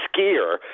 skier